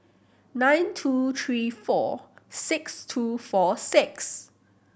nine two three four six two four six